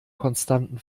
konstanten